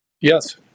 Yes